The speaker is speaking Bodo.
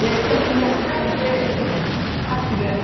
एखे मुलियानो जागोन दे खाथिगोन